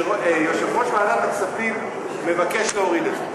שכשיושב-ראש ועדת הכספים מבקש להוריד את זה,